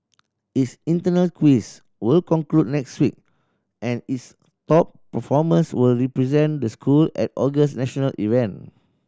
its internal quiz will conclude next week and its top performers will represent the school at August national event